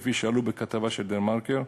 כפי שעלו בכתבה של "דה-מרקר".